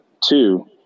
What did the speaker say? two –